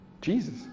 Jesus